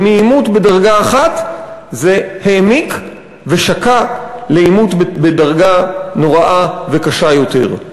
מעימות בדרגה אחת זה העמיק ושקע לעימות בדרגה נוראה וקשה יותר.